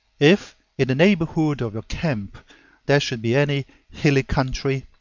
if in the neighborhood of your camp there should be any hilly country,